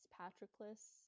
Patroclus